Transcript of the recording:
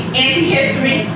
anti-history